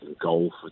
golf